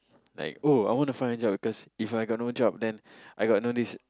like oh I want to find a job because if I got no job then I got no this